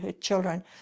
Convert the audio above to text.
children